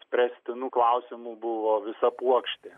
spręstinų klausimų buvo visa puokštė